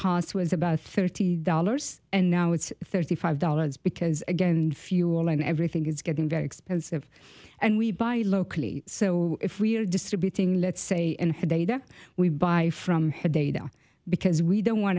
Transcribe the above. cost was about thirty dollars and now it's thirty five dollars because again fuel and everything is getting very expensive and we buy locally so if we are distributing let's say in a day that we buy from the data because we don't want